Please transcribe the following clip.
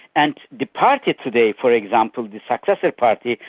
and the party today for example, the successive party,